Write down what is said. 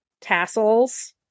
tassels